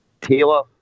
Taylor